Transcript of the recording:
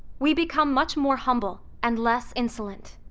we become much more humble and less insolent,